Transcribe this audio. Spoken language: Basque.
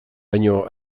baina